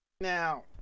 Now